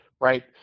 right